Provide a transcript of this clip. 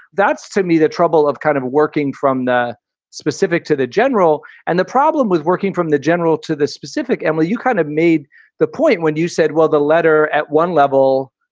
that's to me, the trouble of kind of working from the specific to the general. and the problem with working from the general to the specific. and emil, you kind of made the point when you said, well, the letter at one level,